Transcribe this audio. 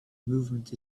movement